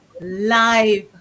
live